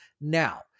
now